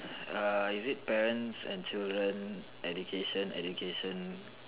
err is it parents and children education education